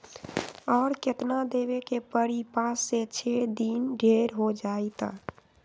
और केतना देब के परी पाँच से छे दिन देर हो जाई त?